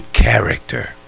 character